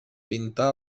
pintar